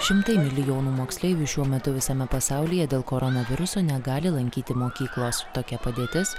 šimtai milijonų moksleivių šiuo metu visame pasaulyje dėl koronaviruso negali lankyti mokyklos tokia padėtis